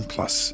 Plus